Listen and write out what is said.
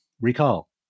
recall